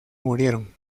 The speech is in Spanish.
murieron